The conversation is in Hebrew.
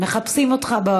מחפשים אותך.